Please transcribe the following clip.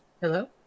Hello